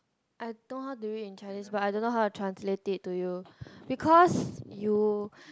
I know how to read in Chinese but I don't know how to translate it to you because you